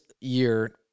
year